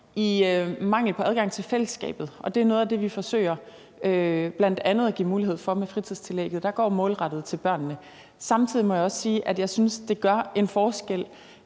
mangel på adgang til fællesskabet, og det er noget af det, vi bl.a. forsøger at give mulighed for med fritidstillægget, der går målrettet til børnene. Samtidig må jeg også sige, at jeg synes, det gør en forskel,